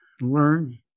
learn